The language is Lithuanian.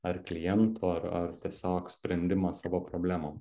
ar klientų ar ar tiesiog sprendimą savo problemom